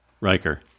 Riker